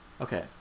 Okay